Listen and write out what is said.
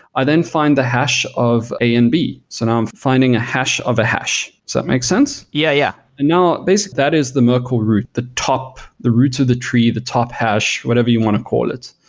i then find the hash of a and b. so now i'm finding a hash of a hash, does so that make sense? yeah, yeah and now, basically that is the merkel root, the top the roots of the tree, the top hash, whatever you want to call it.